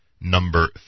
number